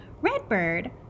Redbird